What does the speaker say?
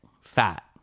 Fat